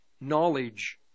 knowledge